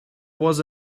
was